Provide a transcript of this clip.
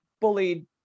bullied